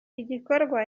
igikorwa